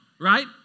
right